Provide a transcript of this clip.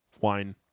Wine